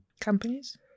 Companies